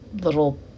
little